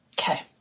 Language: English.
Okay